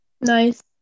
Nice